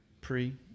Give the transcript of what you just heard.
Pre